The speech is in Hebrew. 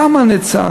שם זה נעצר.